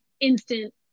instant